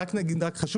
חשוב